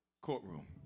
courtroom